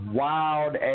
wild